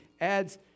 adds